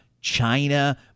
China